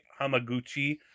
Hamaguchi